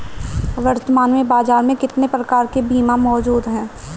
वर्तमान में बाज़ार में कितने प्रकार के बीमा मौजूद हैं?